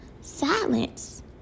silence